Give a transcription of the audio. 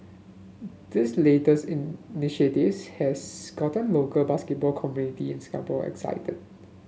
this latest has gotten local basketball community in Singapore excited